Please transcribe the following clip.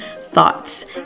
Thoughts